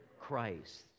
Christ